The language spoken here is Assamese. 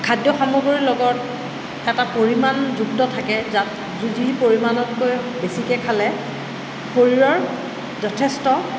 খাদ্য সামগ্ৰীৰ লগত এটা পৰিমাণ যুক্ত থাকে যি পৰিমাণতকৈ বেছিকৈ খালে শৰীৰৰ যথেষ্ট